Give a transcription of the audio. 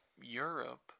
Europe